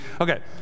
okay